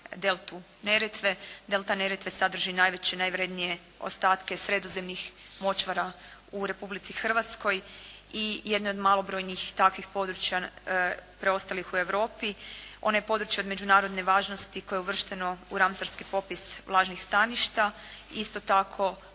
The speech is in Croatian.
Delta Neretve sadrži najveće, najvrednije ostatke sredozemnih močvara u Republici Hrvatskoj i jedne od malobrojnih takvih područja preostalih u Europi. Ono je područje od međunarodne važnosti koje je uvršteno u … /Govornik se ne razumije./… vlažnih staništa. Isto tako